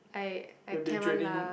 I I can one lah